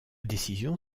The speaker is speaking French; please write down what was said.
décision